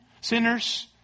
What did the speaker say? sinners